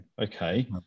okay